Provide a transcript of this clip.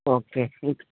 okay